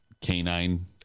canine